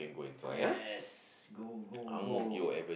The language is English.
yes go go go